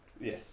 Yes